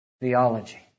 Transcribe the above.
theology